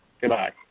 Goodbye